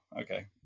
Okay